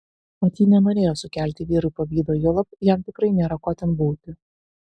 mat ji nenorėjo sukelti vyrui pavydo juolab jam tikrai nėra ko ten būti